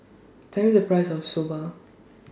Tell Me The Price of Soba